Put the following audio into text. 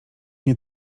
nie